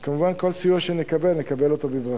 וכמובן, כל סיוע שנקבל, נקבל אותו בברכה.